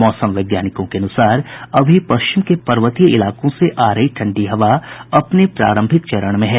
मौसम वैज्ञानिकों के अनुसार अभी पश्चिम के पर्वतीय इलाकों से आ रही ठंडी हवा अपने प्रारंभिक चरण में है